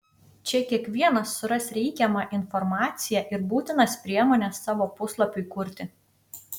čia kiekvienas suras reikiamą informaciją ir būtinas priemones savo puslapiui kurti